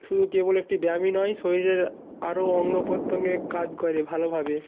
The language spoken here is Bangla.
শুধু কেবল একটি ব্যায়ামই নয় শরীরের আরও অঙ্গপ্রত্যঙ্গে কাজ করে ভালোভাবে